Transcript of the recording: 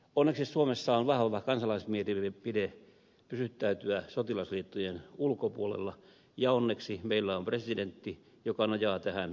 onneksi suomessa on vahva kansalaismielipide pysyttäytyä sotilasliittojen ulkopuolella ja onneksi meillä on presidentti joka nojaa tähän kansalaismielipiteeseen